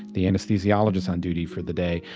the anesthesiologist on duty for the day,